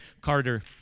Carter